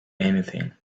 anything